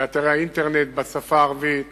באתרי האינטרנט בשפה הערבית,